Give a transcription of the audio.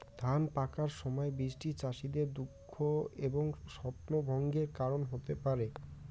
ধান পাকার সময় বৃষ্টি চাষীদের দুঃখ এবং স্বপ্নভঙ্গের কারণ হতে পারে